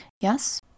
Yes